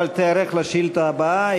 אבל תיערך לשאילתה הבאה,